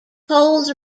poles